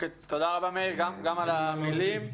תודה רבה, מאיר, גם על המילים,